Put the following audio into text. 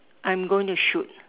I'm going to shoot